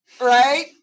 right